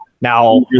Now